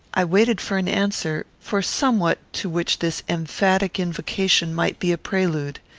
i waited for an answer for somewhat to which this emphatic invocation might be a prelude.